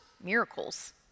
miracles